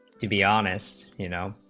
to be honest you know